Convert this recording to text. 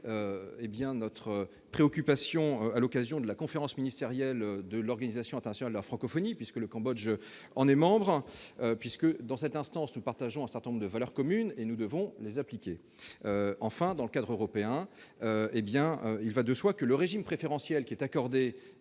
de notre préoccupation, à l'occasion de la conférence ministérielle de l'Organisation internationale de la francophonie, dont le Cambodge est membre, puisque nous partageons, dans cette instance, un certain nombre de valeurs communes et que nous devons les appliquer. Enfin, dans le cadre européen, il va de soi que le régime préférentiel accordé